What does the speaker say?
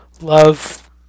love